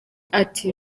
ati